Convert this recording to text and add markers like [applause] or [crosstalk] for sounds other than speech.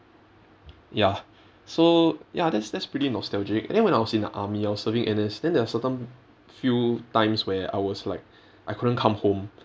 ya so ya that's that's pretty nostalgic and then when I was in the army I was serving N_S then there are certain few times where I was like [breath] I couldn't come home